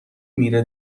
میره